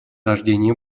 рождения